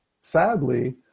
sadly